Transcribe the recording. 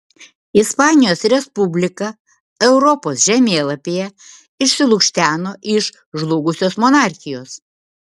ispanijos respublika europos žemėlapyje išsilukšteno iš žlugusios monarchijos